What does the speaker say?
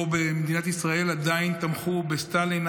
פה במדינת ישראל עדיין תמכו בסטלין,